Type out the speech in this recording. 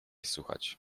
słuchać